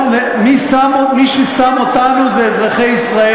מאחר שהיא לא פה, אני רוצה בשמה להודות לצוות שלה,